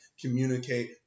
communicate